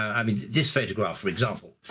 i mean, this photograph, for example,